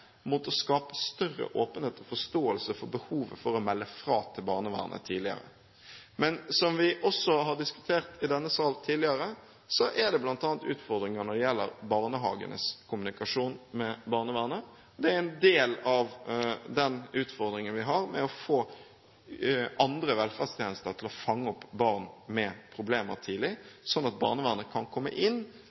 mot å skape større åpenhet og forståelse for behovet for å melde fra til barnevernet tidligere. Men det er, som vi også har diskutert i denne sal tidligere, bl.a. utfordringer når det gjelder barnehagenes kommunikasjon med barnevernet. Det er en del av den utfordringen vi har med å få andre velferdstjenester til å fange opp barn med problemer tidlig, slik at barnevernet kan komme inn